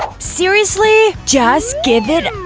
seriously? just give it